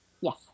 yes